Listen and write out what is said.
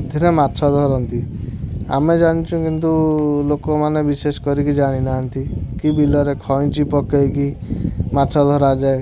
ଏଥିରେ ମାଛ ଧରନ୍ତି ଆମେ ଜାଣିଛୁ କିନ୍ତୁ ଲୋକମାନେ ବିଶେଷ କରିକି ଜାଣିନାହାଁନ୍ତି କି ବିଲରେ ଖଇଁଚି ପକାଇକି ମାଛ ଧରାଯାଏ